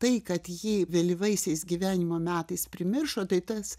tai kad jį vėlyvaisiais gyvenimo metais primiršo tai tas